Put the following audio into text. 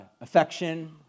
affection